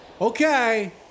Okay